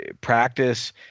practice